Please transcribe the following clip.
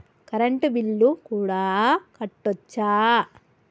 Current bill కూడా కట్టొచ్చా?